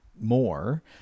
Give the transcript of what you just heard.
more